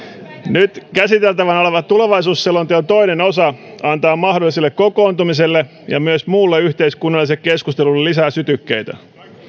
nyt käsiteltävänä oleva tulevaisuusselonteon toinen osa antaa mahdolliselle kokoontumiselle ja myös muulle yhteiskunnalliselle keskustelulle lisää sytykkeitä